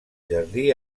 jardí